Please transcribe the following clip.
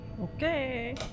Okay